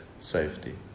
safety